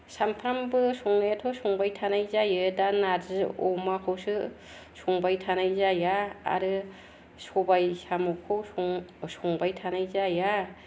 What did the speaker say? सामफ्रामबो संनायाथ' संबाय थानाय जायो दा नारजि अमाखौसो संबाय थानाय जाया आरो सबाय साम'खौ सं संबाय थानाय जाया